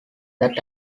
that